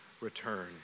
return